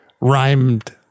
rhymed